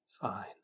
fine